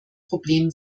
problem